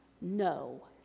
no